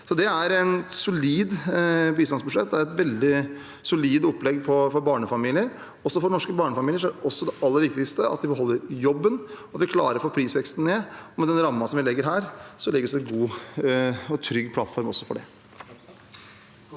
Det er et solid bistandsbudsjett. Det er et veldig solid opplegg for barnefamilier. For norske barnefamilier er også det aller viktigste at de beholder jobben, og at vi klarer å få prisveksten ned. Med den rammen vi legger her, legges det en god og trygg plattform også for det.